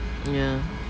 ya